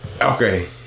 okay